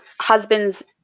husbands